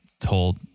told